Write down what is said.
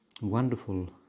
wonderful